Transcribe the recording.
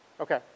Okay